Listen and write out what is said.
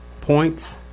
points